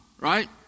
right